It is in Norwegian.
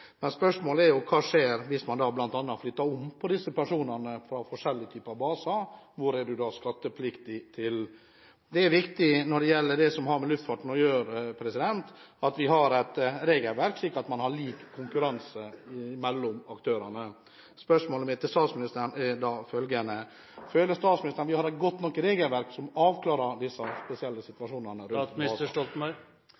Men spørsmålet er: Hva skjer hvis man flytter om på disse personene mellom forskjellige typer baser – hvor er en da skattepliktig? Det er viktig når det gjelder det som har med luftfarten å gjøre, at vi har et regelverk, slik at man har lik konkurranse mellom aktørene. Spørsmålet mitt til statsministeren er følgende: Føler statsministeren at vi har et godt nok regelverk, som avklarer disse spesielle